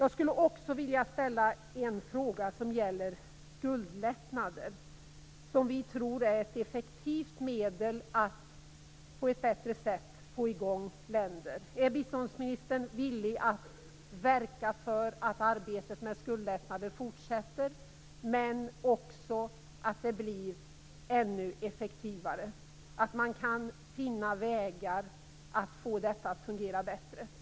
Jag skulle också vilja ställa en fråga som rör skuldlättnader, som vi tror är ett effektivt medel att på ett bättre sätt få i gång länder.